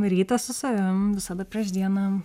rytas su savim visada prieš dieną